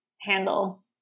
handle